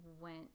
went